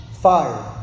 fire